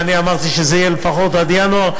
ואני אמרתי שזה יהיה לפחות עד ינואר,